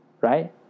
Right